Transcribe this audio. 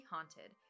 Haunted